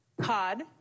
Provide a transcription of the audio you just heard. cod